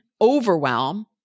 overwhelm